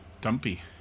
Dumpy